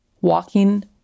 Walking